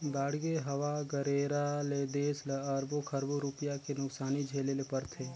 बाड़गे, हवा गरेरा ले देस ल अरबो खरबो रूपिया के नुकसानी झेले ले परथे